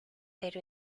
pero